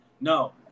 No